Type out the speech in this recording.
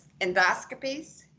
endoscopies